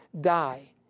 die